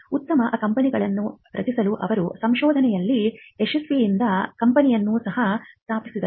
ಉತ್ತಮ ಕಂಪನಿಗಳನ್ನು ರಚಿಸಲು ಅವರು ಸಂಶೋಧನೆಯಲ್ಲಿನ ಯಶಸ್ಸಿನಿಂದ ಕಂಪನಿಯನ್ನು ಸಹ ಸ್ಥಾಪಿಸಿದರು